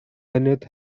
bennett